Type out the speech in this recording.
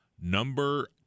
Number